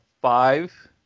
five